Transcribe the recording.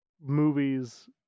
movies